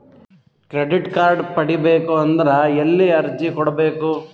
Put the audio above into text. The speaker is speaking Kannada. ಕ್ರೆಡಿಟ್ ಕಾರ್ಡ್ ಪಡಿಬೇಕು ಅಂದ್ರ ಎಲ್ಲಿ ಅರ್ಜಿ ಕೊಡಬೇಕು?